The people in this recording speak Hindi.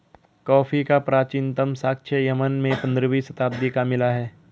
कॉफी का प्राचीनतम साक्ष्य यमन में पंद्रहवी शताब्दी का मिला है